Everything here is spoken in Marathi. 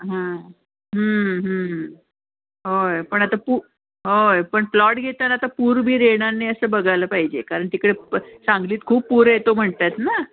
हां होय पण आता पु होय प्लॉट घेताना आता पूर बीर येणार नाही असं बघायला पाहिजे कारण तिकडे प सांगलीत खूप पूर येतो म्हणतात ना